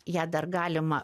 ją dar galima